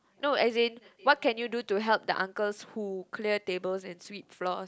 no as in what can you do to help the uncles who clear tables and sweep floors